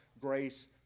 grace